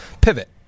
pivot